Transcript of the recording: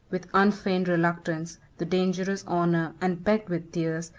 with unfeigned reluctance, the dangerous honor, and begged with tears,